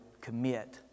commit